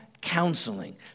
counseling